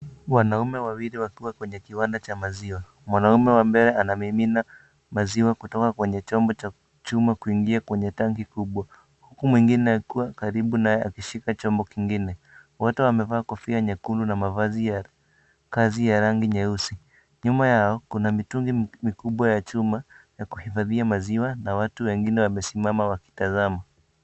Wanaume wawili wakiwa kwenye kiwanda cha maziwa. Mwanaume wa mbele anamimina maziwa kutoka kwenye chombo cha chuma kuingia kwenye tanki kubwa. Huku mwengine akiwa karibu naye akishika chombo kingine. Wote wamevaa kofia nyekundu na mavazi ya kazi ya rangi nyeusi. Nyuma yao, kuna mitungi mikubwa ya chuma ya kuhifadhia maziwa na watu wengine wamesimama wakitazama.